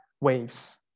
waves